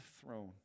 throne